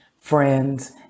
friends